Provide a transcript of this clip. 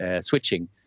switching